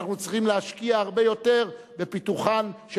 אנחנו צריכים להשקיע הרבה יותר בפיתוחן של